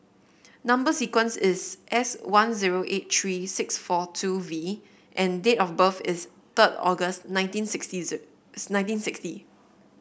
number sequence is S one zero eight three six four two V and date of birth is third August nineteen sixty is nineteen sixty